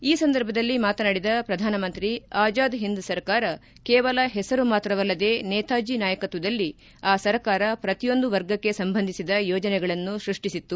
ಈ ಸಂದರ್ಭದಲ್ಲಿ ಮಾತನಾಡಿದ ಪ್ರಧಾನಮಂತ್ರಿ ಆಜಾದ್ ಹಿಂದ್ ಸರ್ಕಾರ ಕೇವಲ ಹೆಸರು ಮಾತ್ರವಲ್ಲದೇ ನೇತಾಜ ನಾಯಕತ್ವದಲ್ಲಿ ಆ ಸರ್ಕಾರ ಪ್ರತಿಯೊಂದು ವರ್ಗಕ್ಕೆ ಸಂಬಂಧಿಸಿದ ಯೋಜನೆಗಳನ್ನು ಸೃಷ್ಟಿಸಿತ್ತು